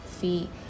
feet